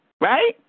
Right